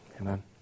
Amen